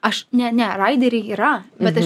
aš ne ne raidery yra bet aš